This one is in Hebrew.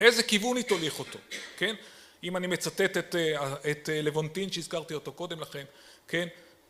איזה כיוון היא תוליך אותו, כן? אם אני מצטט את לבונטין שהזכרתי אותו קודם לכן, כן?